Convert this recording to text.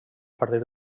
partir